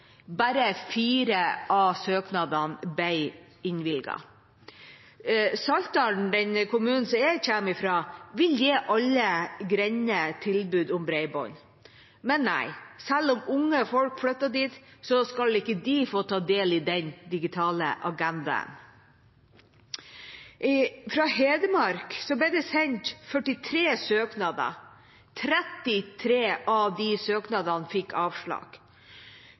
Bare fire av dem ble innvilget. Saltdal, den kommunen jeg kommer fra, vil gi alle grender tilbud om bredbånd. Men nei, selv om unge folk flytter dit, skal ikke de få ta del i den digitale agendaen. Fra Hedmark ble det sendt 43 søknader. 33 av dem fikk avslag.